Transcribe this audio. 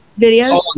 videos